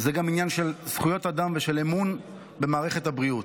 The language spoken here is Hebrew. זה גם עניין של זכויות אדם ושל אמון במערכת הבריאות.